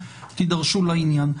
תידרשו לעניין.